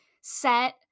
set